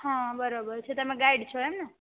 હા બરાબર છે તમે ગાઈડ છો એમને